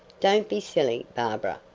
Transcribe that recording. don't be silly, barbara.